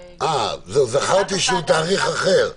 זכרתי שהוא תאריך אחר.